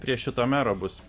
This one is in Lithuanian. prie šito mero bus